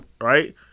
right